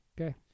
Okay